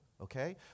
okay